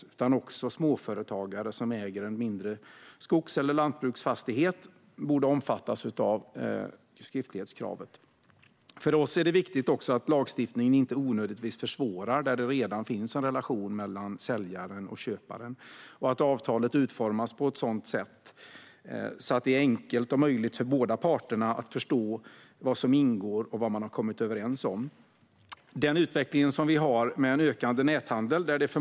Vi menar att också småföretagare som äger en mindre skogs eller lantbruksfastighet borde omfattas av skriftlighetskravet. För oss är det viktigt också att lagstiftningen inte onödigtvis försvårar där det redan finns en relation mellan säljaren och köparen och att avtalet utformas på ett sådant sätt att det är så enkelt som möjligt för båda parterna att ingå och att förstå vad man har kommit överens om. Vi har en utveckling med en ökande näthandel.